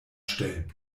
stellen